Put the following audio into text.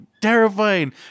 Terrifying